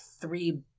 three